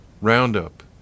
roundup